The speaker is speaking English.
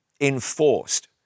enforced